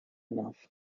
enough